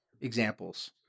examples